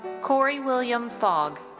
corey william fogg.